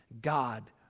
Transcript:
God